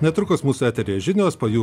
netrukus mūsų eteryje žinios po jų